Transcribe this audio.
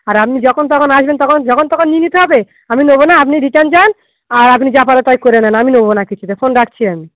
আর আপনি যখন তখন আসবেন তখন যখন তখন নিয়ে নিতে হবে আমি নেবো না আপনি রিটার্ন যান আর আপনি যা পারো তাই করে নেন আমি নেবো না কিছুতে ফোন রাখছি আমি